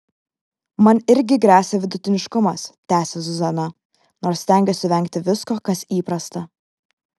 man irgi gresia vidutiniškumas tęsia zuzana nors stengiuosi vengti visko kas įprasta